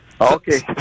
Okay